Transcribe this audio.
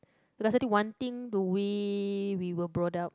one thing the way we were brought up